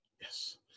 Yes